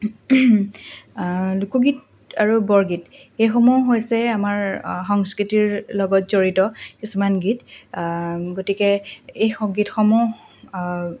লোকগীত আৰু বৰগীত এইসমূহ হৈছে আমাৰ সংস্কৃতিৰ লগত জড়িত কিছুমান গীত গতিকে এই গীতসমূহ